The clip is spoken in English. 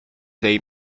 they